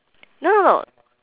no no no